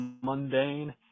mundane